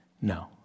No